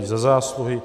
Za zásluhy